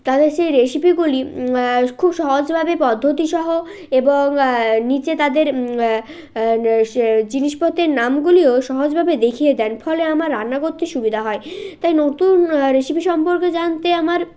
তাদের সেই রেসিপিগুলি খুব সহজভাবে পদ্ধতিসহ এবং নিচে তাদের সে জিনিসপত্রের নামগুলিও সহজভাবে দেখিয়ে দেন ফলে আমার রান্না করতে সুবিধা হয় তাই নতুন রেসিপি সম্পর্কে জানতে আমার